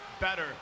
better